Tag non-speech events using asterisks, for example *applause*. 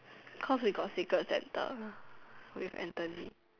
cause we got secret Santa *noise* with Anthony